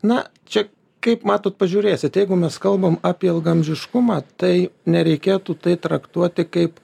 na čia kaip matot pažiūrėsit jeigu mes kalbam apie ilgaamžiškumą tai nereikėtų tai traktuoti kaip